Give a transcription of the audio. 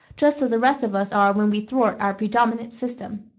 just as the rest of us are when we thwart our predominant system.